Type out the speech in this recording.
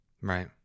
Right